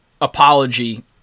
apology